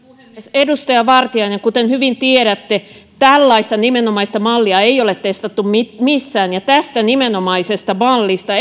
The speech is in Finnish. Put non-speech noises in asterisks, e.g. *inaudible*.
edustaja vartiainen kuten hyvin tiedätte tällaista nimenomaista mallia ei ole testattu missään missään ja tästä nimenomaisesta mallista *unintelligible*